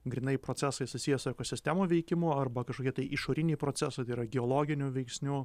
grynai procesai susiję su ekosistemų veikimu arba kažkokie išoriniai procesai tai yra geologinių veiksnių